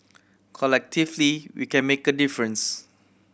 collectively we can make a difference